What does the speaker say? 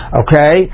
okay